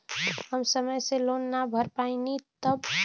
हम समय से लोन ना भर पईनी तब?